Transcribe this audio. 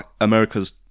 America's